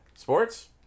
Sports